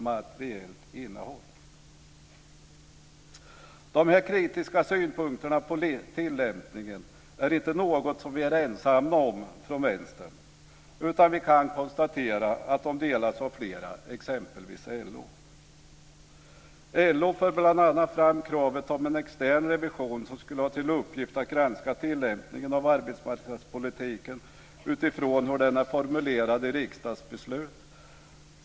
Dessa kritiska synpunkter på tillämpningen är inte något som vi i Vänsterpartiet är ensamma om, utan vi kan konstatera att de delas av flera, exempelvis av LO. LO för bl.a. fram kravet på en extern revision med uppgift att granska arbetsmarknadspolitiken utifrån hur denna är formulerad i riksdagsbeslut.